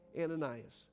Ananias